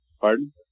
pardon